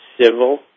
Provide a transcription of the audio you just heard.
civil